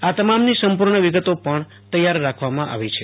આ તમામની સંપૂર્ણ વિગતો પણ તૈયાર રખવામાં આવી છે